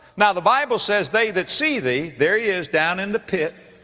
now the bible says, they that see thee, there he is down in the pit,